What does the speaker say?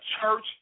church